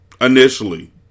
initially